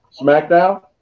Smackdown